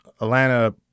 Atlanta